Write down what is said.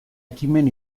ekimen